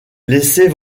laissez